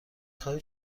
خواهید